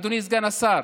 אדוני סגן השר,